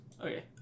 Okay